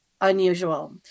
unusual